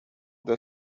the